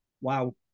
wow